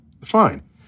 fine